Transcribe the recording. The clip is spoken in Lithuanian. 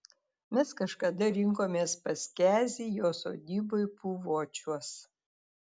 mes kažkada rinkomės pas kezį jo sodyboj puvočiuos